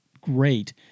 great